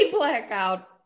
blackout